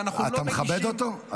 ואנחנו לא מגישים --- אתה מכבד אותו?